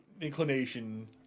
inclination